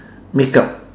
makeup